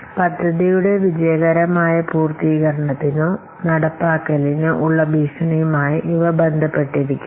പദ്ധതിയുടെ വിജയകരമായ പൂർത്തീകരണത്തിനോ നടപ്പാക്കലിനോ ഉള്ള ഭീഷണിയുമായി ഇവ ബന്ധപ്പെട്ടിരിക്കുന്നു